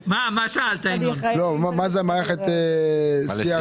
בסך של 4,232 אלפי ₪--- מי מקבל את משרד